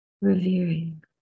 revering